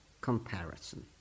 comparison